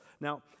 Now